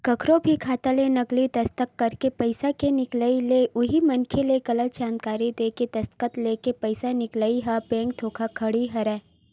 कखरो भी खाता ले नकली दस्कत करके पइसा के निकलई ते उही मनखे ले गलत जानकारी देय के दस्कत लेके पइसा निकलई ह बेंक धोखाघड़ी हरय